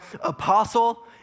apostle